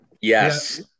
Yes